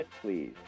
please